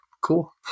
cool